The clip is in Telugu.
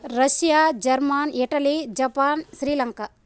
Russia German Italy Japan Sri Lanka